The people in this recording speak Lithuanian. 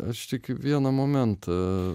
aš tik vieną momentą